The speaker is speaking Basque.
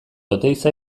oteiza